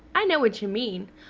i know what you mean.